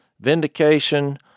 vindication